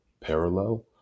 parallel